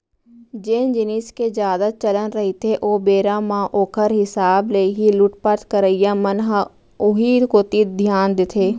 जेन जिनिस के जादा चलन रहिथे ओ बेरा म ओखर हिसाब ले ही लुटपाट करइया मन ह उही कोती धियान देथे